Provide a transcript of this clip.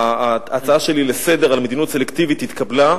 ההצעה שלי לסדר-היום על מדיניות סלקטיבית התקבלה.